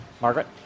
Margaret